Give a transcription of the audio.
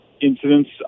incidents